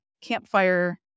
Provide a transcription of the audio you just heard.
campfire